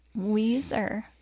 Weezer